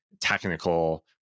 technical